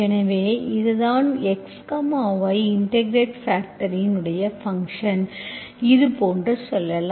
எனவே இதுதான் x y இன்டெகிரெட்பாக்டர்ரின் ஃபங்க்ஷன் இதுபோன்று செல்லலாம்